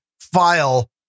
file